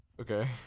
Okay